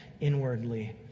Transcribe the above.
inwardly